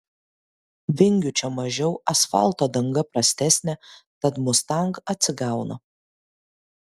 vingių čia mažiau asfalto danga prastesnė tad mustang atsigauna